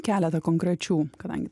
keletą konkrečių kadangi